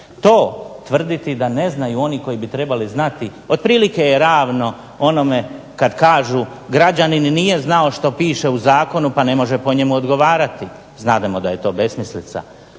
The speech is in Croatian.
To tvrditi da ne znaju oni koji bi trebali znati otprilike je ravno onome kada kažu građanin nije znao što piše u zakonu pa ne može po njemu odgovarati, znademo da je to besmislica.